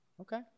Okay